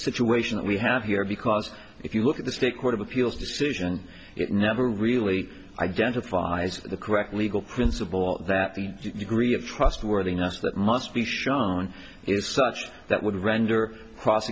situation that we have here because if you look at the to court of appeals decision it never really identified the correct legal principle that the you agree of trustworthiness that must be shown is such that would render cross